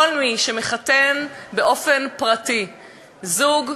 כל מי שמחתן באופן פרטי זוג,